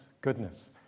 goodness